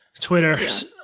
Twitter